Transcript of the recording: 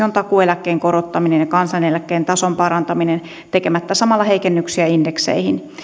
on takuueläkkeen korottaminen ja kansaneläkkeen tason parantaminen tekemättä samalla heikennyksiä indekseihin